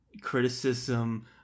criticism